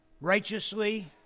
Righteously